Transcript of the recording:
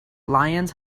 lions